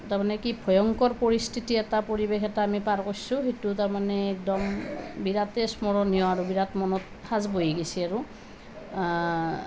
তাৰমানে কি ভয়ংকৰ পৰিস্থিতি এটা পৰিৱেশ এটা আমি পাৰ কৰিছোঁ সেইটো তাৰমানে একদম বিৰাটেই স্মৰণীয় আৰু বিৰাট মনত সাঁচ বহি গৈছে আৰু